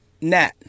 Nat